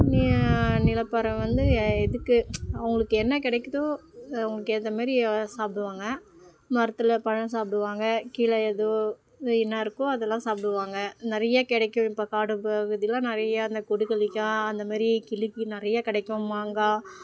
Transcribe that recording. நி நிலப்பறவை வந்து இதுக்கு அவங்களுக்கு என்ன கிடைக்கிதோ அவங்களுக்கு ஏத்த மாரி எதாவது சாப்பிடுவாங்க மரத்தில் பழம் சாப்பிடுவாங்க கீழே எது வீணாக இருக்கோ அதெல்லாம் சாப்பிடுவாங்க நிறையா கிடைக்கும் இப்போ காடு பகுதியெலாம் நிறையா இந்த கொடுக்கள்ளிக்காய் அந்தமாரி கிளிக்கு நிறையா கிடைக்கும் மாங்காய்